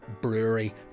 brewery